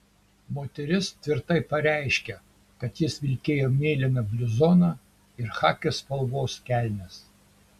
moteris tvirtai pareiškė kad jis vilkėjo mėlyną bluzoną ir chaki spalvos kelnes